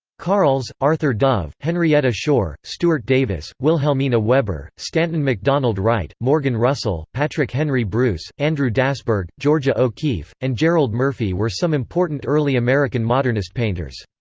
carles, arthur dove, henrietta shore, stuart davis, wilhelmina weber, stanton macdonald-wright, morgan russell, patrick henry bruce, andrew dasburg, georgia o'keeffe, and gerald murphy were some important early american modernist painters.